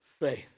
faith